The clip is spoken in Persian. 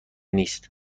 نیست